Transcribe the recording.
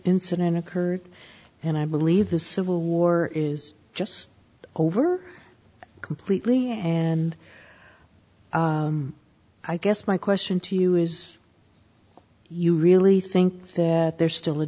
incident occurred and i believe the civil war is just over completely and i guess my question to you is you really think that there's still a